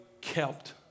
kept